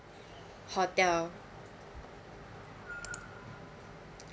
hotel